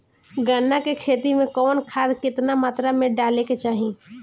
गन्ना के खेती में कवन खाद केतना मात्रा में डाले के चाही?